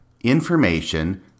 information